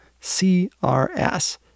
C-R-S